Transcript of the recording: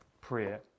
prayer